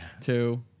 two